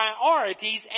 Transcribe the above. priorities